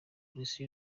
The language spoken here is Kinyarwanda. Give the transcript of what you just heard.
polisi